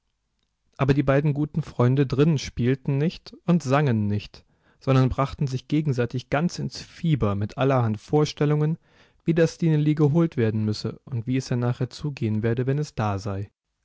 aber die beiden guten freunde drinnen spielten nicht und sangen nicht sondern brachten sich gegenseitig ganz ins fieber mit allerhand vorstellungen wie das stineli geholt werden müsse und wie es dann nachher zugehen werde wenn es da sei